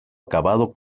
acabado